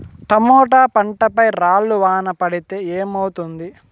Tomato పంట పై రాళ్లు వాన పడితే ఏమవుతుంది?